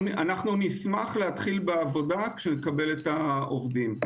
אנחנו נשמח להתחיל בעבודה כשנקבל את העובדים.